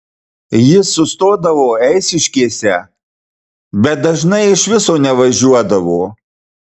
jis sustodavo eišiškėse bet dažnai iš viso nevažiuodavo